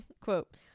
Quote